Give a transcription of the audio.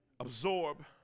Absorb